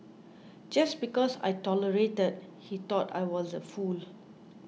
just because I tolerated he thought I was a fool